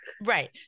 Right